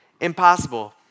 impossible